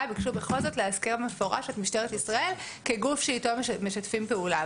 הם ביקשו בכל זאת לאזכר במפורש את משטרת ישראל כגוף שאיתו משתפים פעולה.